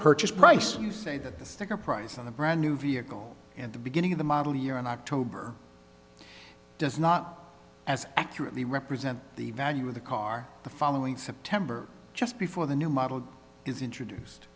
purchase price you say that the sticker price on a brand new vehicle in the beginning of the model year in october does not as accurately represent the value of the car the following september just before the new model is introduced